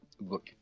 look